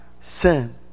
sin